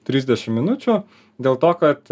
trisdešim minučių dėl to kad